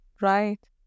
Right